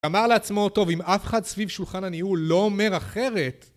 אמר לעצמו, טוב, אם אף אחד סביב שולחן הניהול לא אומר אחרת...